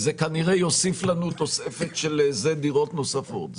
זה כנראה יוסיף לנו תוספת של דירות נוספות.